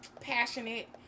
passionate